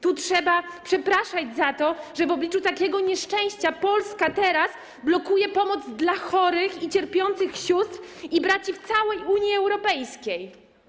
Tu trzeba przepraszać za to, że w obliczu takiego nieszczęścia Polska teraz blokuje pomoc dla chorych i cierpiących sióstr i braci w całej Unii Europejskiej.